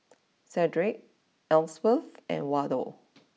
Sedrick Elsworth and Waldo